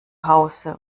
hause